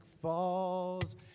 falls